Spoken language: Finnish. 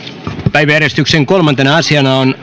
päiväjärjestyksen toisena asiana on